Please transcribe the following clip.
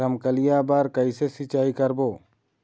रमकलिया बर कइसे सिचाई करबो?